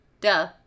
duh